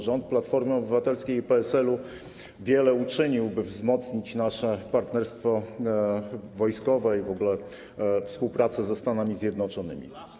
Rząd Platformy Obywatelskiej i PSL-u wiele uczynił, by wzmocnić nasze partnerstwo wojskowe i w ogóle współpracę ze Stanami Zjednoczonymi.